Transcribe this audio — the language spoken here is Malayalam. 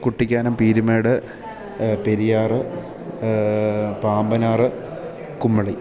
കുട്ടിക്കാനം പീരുമേട് പെരിയാറ് പാമ്പനാറ് കുമ്മളി